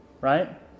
Right